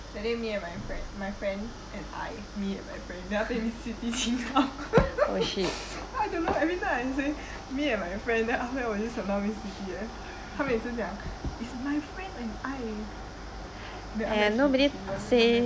that day me and my friend my friend and I me and my friend then after that miss siti laugh I don't know every time I say me and my friend then after that 我就想到 miss siti eh 她每次讲 is my friend and I then after she she will say